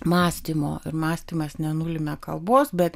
mąstymo ir mąstymas nenulemia kalbos bet